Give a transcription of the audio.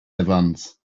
evans